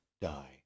die